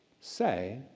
say